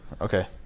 Okay